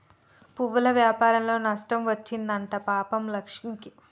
పువ్వుల వ్యాపారంలో నష్టం వచ్చింది అంట పాపం లక్ష్మికి